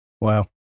Wow